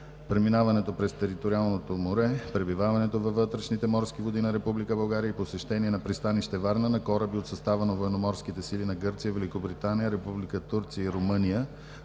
Преминаването през териториалното море, пребиваването във вътрешните морски води на Република България и посещение на пристанище Варна на кораби от състава на военноморските сили на Гърция, Великобритания, Република Турция и Румъния